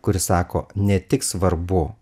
kuri sako ne tik svarbu